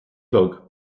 chlog